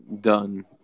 Done